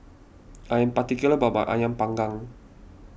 I am particular about my Ayam Panggang